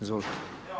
Izvolite.